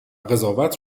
قضاوت